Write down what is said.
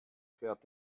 fährt